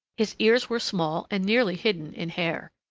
his ears were small and nearly hidden in hair.